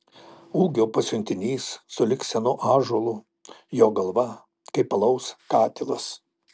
ūgio pasiuntinys sulig senu ąžuolu jo galva kaip alaus katilas